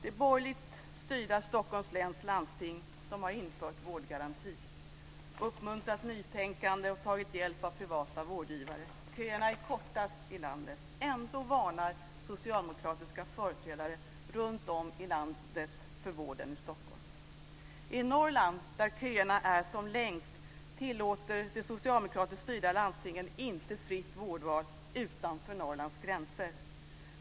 Det borgerligt styrda Stockholms läns landsting har infört vårdgaranti, uppmuntrat nytänkande och tagit hjälp av privata vårdgivare. Köerna är kortast i landet. Ändå varnar socialdemokratiska företrädare runtom i landet för vården i Stockholm. I Norrland, där köerna är som längst, tillåter de socialdemokratiskt styrda landstingen inte fritt vårdval utanför Norrlands gränser.